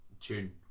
tune